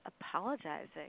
apologizing